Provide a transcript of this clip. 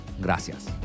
Gracias